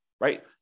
right